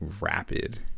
rapid